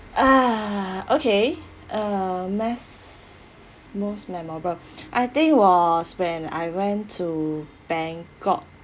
uh okay uh mass most memorable I think was when I went to bangkok